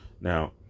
Now